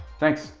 thanks.